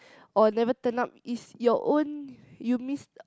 or never turn up it's your own you miss